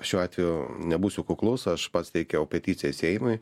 šiuo atveju nebūsiu kuklus aš pats teikiau peticiją seimui